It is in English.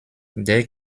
they